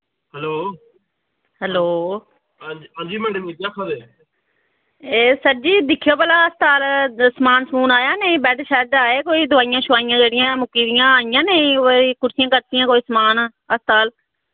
hello एह् sir ji दिक्खेओ भला हास्ताल समान समून आया नेईं बैड शैड आये कोई दोआइयां शोआइयां जेह्ड़ियां मुक्की दियां आइयां नेईं कोई कुर्सियां कार्सियां कोई समान हास्ताल